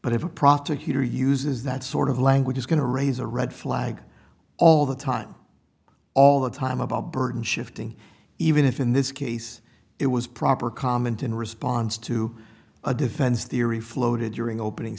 but if a prosecutor uses that sort of language is going to raise a red flag all the time all the time about burden shifting even if in this case it was proper comment in response to a defense theory floated during opening